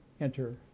enter